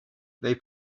they